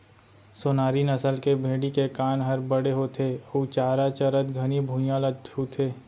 सोनारी नसल के भेड़ी के कान हर बड़े होथे अउ चारा चरत घनी भुइयां ल छूथे